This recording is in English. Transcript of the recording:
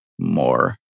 more